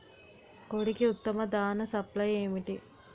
కోడికి ఉత్తమ దాణ సప్లై ఏమిటి?